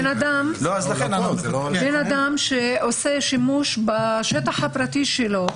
בן אדם שעושה שימוש בשטח הפרטי שלו,